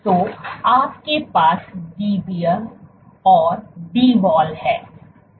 तो आपके पास Dbr और Dwallहै